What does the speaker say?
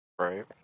Right